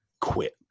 quit